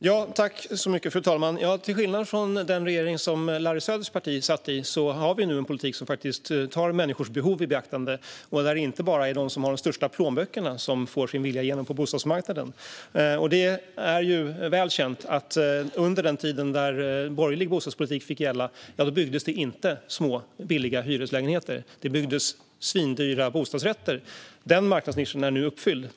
Fru talman! Till skillnad från den regering som Larry Söders parti satt i har vi nu en politik som tar människors behov i beaktande. Det är inte bara de som har de största plånböckerna som får sin vilja igenom på bostadsmarknaden. Det är väl känt att under den tid då borgerlig bostadspolitik fick gälla byggdes inte små, billiga hyreslägenheter; man byggde svindyra bostadsrätter. Denna marknadsnisch är nu uppfylld.